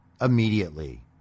immediately